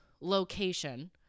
location